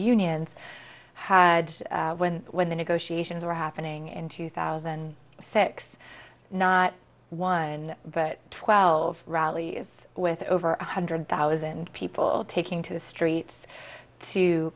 unions had when when the negotiations were happening in two thousand and six not one but twelve rally is with over one hundred thousand people taking to the streets to